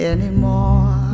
Anymore